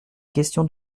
questions